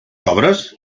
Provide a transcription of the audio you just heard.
sobres